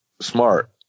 Smart